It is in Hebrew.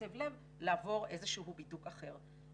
קוצב לב לעבור איזשהו בידוק אחר.